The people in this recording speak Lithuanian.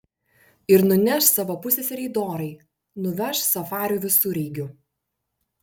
ir nuneš savo pusseserei dorai nuveš safario visureigiu